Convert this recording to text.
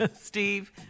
Steve